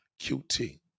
QT